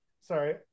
sorry